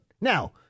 Now